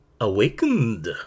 Awakened